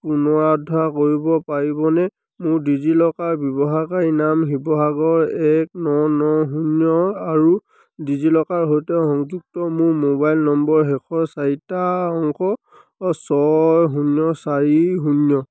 পুনৰুদ্ধাৰ কৰিব পাৰিবনে মোৰ ডিজিলকাৰ ব্যৱহাৰকাৰীনাম শিৱসাগৰ এক ন ন শূন্য আৰু ডিজিলকাৰৰ সৈতে সংযুক্ত মোৰ মোবাইল নম্বৰৰ শেষৰ চাৰিটা অংক ছয় শূন্য চাৰি শূন্য